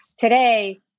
Today